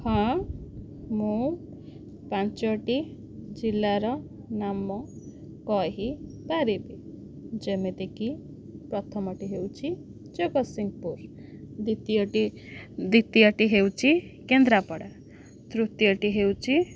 ହଁ ମୁଁ ପାଞ୍ଚଟି ଜିଲ୍ଲାର ନାମ କହିପାରିବି ଯେମିତିକି ପ୍ରଥମଟି ହେଉଛି ଜଗତସିଂପୁର ଦ୍ୱିତୀୟଟି ଦ୍ୱିତୀୟଟି ହେଉଛି କେନ୍ଦ୍ରାପଡ଼ା ତୃତୀୟଟି ହେଉଛି